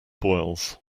boils